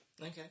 Okay